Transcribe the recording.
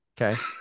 Okay